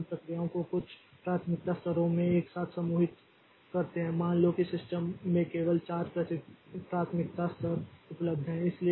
इसलिए हम प्रक्रियाओं को कुछ प्राथमिकता स्तरों में एक साथ समूहित करते हैं मान लो कि सिस्टम में केवल 4 प्राथमिकता स्तर उपलब्ध हैं